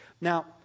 Now